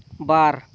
ᱵᱟᱨ